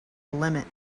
limit